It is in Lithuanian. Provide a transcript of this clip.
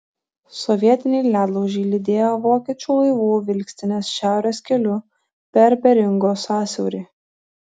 sovietiniai ledlaužiai lydėjo vokiečių laivų vilkstines šiaurės keliu per beringo sąsiaurį